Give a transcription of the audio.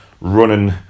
running